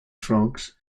frogs